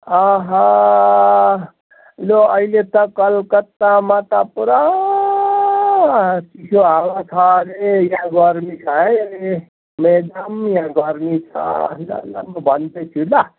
आहा लु अहिले त कलकत्तामा त पुरा चिसो हावा छ हरे यहाँ गर्मी छ है मेडम यहाँ गर्मी छ ल ल म भन्दैछु ल